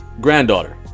granddaughter